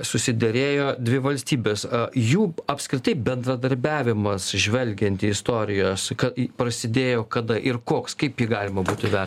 susiderėjo dvi valstybės jų apskritai bendradarbiavimas žvelgiant į istorijas kai prasidėjo kada ir koks kaip jį galima būtų vertint